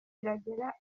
kiragera